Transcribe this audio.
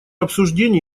обсуждение